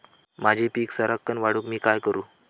माझी पीक सराक्कन वाढूक मी काय करू?